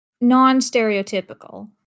non-stereotypical